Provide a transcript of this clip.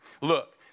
Look